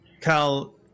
Cal